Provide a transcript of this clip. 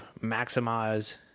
maximize